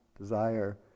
desire